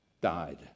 died